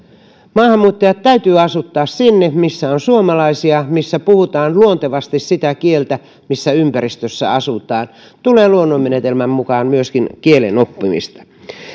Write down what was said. maahanmuuttajat täytyy asuttaa sinne missä on suomalaisia missä puhutaan luontevasti sitä kieltä missä ympäristössä asutaan jolloin siinä tulee luonnonmenetelmän mukaan myöskin kielen oppimista